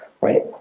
right